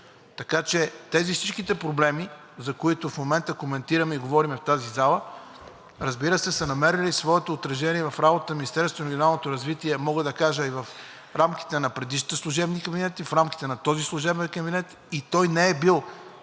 строеж. Тези всичките проблеми, които в момента коментираме и говорим в тази зала, разбира се, са намерили своето отражение в работата на Министерството на регионалното развитие, а мога да кажа и в рамките на предишните служебни кабинети, в рамките на този служебен кабинет. И той не е бил,